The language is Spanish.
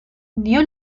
dio